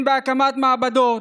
הן בהקמת מעבדות,